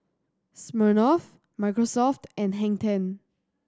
Smirnoff Microsoft and Hang Ten